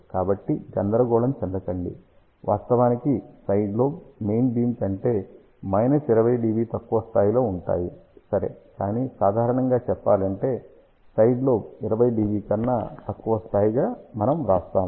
కాబట్టి గందరగోళం చెందకండి వాస్తవానికి సైడ్ లోబ్ మెయిన్ బీమ్ కంటే 20 dB తక్కువ స్థాయిలో ఉంటాయి సరే కానీ సాధారణంగా చెప్పాలంటే సైడ్ లోబ్ 20 dB కన్నా తక్కువ స్థాయిగా మనం వ్రాస్తాము